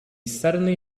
suddenly